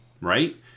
right